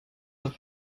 auf